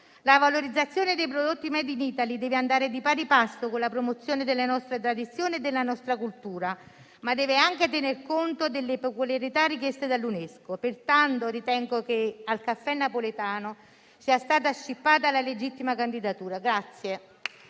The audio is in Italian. La valorizzazione dei prodotti *made in Italy* deve andare di pari passo con la promozione delle nostre tradizioni e della nostra cultura, ma deve anche tener conto delle peculiarità richieste dall'UNESCO. Pertanto, ritengo che al caffè napoletano sia stata scippata la legittima candidatura.